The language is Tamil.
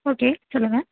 ஓகே சொல்லுங்க